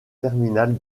terminale